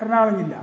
എർണാകുളം ജില്ല